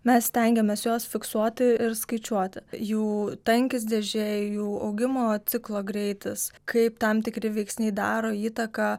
mes stengiamės juos fiksuoti ir skaičiuoti jų tankis dėžėj jų augimo ciklo greitis kaip tam tikri veiksniai daro įtaką